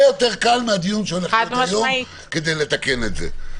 יותר קל מהדיון שהולך להיות היום כדי לתקן את זה.